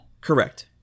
Correct